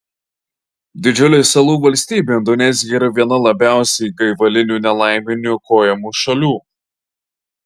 didžiulė salų valstybė indonezija yra viena labiausiai gaivalinių nelaimių niokojamų šalių